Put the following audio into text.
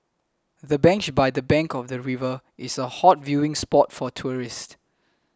the bench by the bank of the river is a hot viewing spot for tourists